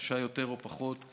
קשה יותר או פחות,